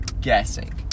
guessing